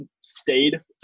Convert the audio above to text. stayed